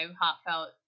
heartfelt